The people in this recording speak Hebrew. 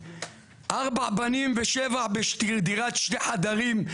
ארבעה בנים בדירת שני חדרים,